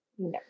No